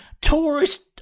tourist